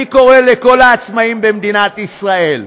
אני קורא לכל העצמאים במדינת ישראל: